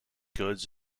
goods